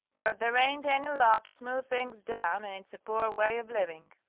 but there ain't any love to smooth things down and it's a poor way of living.